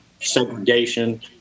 segregation